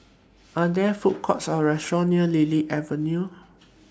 Are There Food Courts Or restaurants near Lily Avenue